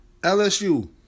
LSU